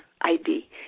ID